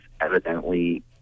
evidently